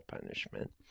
punishment